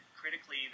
critically